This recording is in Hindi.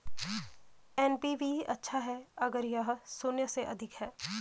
एन.पी.वी अच्छा है अगर यह शून्य से अधिक है